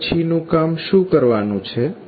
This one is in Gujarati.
હવે પછીનુ કામ શુ કરવાનુ છે